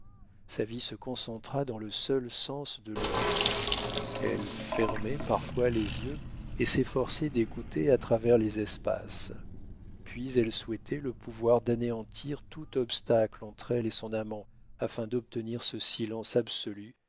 sa vie se concentra dans le seul sens de l'ouïe elle fermait parfois les yeux et s'efforçait d'écouter à travers les espaces puis elle souhaitait le pouvoir d'anéantir tout obstacle entre elle et son amant afin d'obtenir ce silence absolu